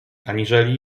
aniżeli